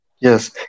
Yes